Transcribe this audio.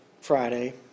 Friday